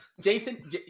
Jason